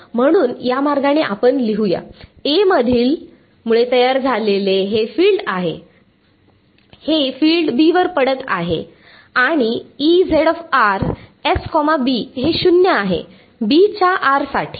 म्हणून या मार्गाने आपण लिहू या A मधील मुळे तयार झालेले हे फिल्ड आहे हे फिल्ड B वर पडत हे आणि हे शून्य आहे B च्या r साठी